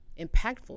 impactful